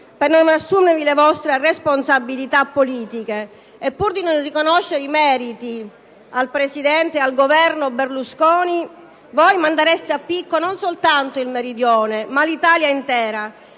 per non assumervi le vostre responsabilità politiche, e pur di non riconoscere i meriti al presidente e al Governo Berlusconi voi mandereste a picco non soltanto il Meridione ma l'Italia intera.